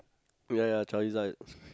ya ya charizard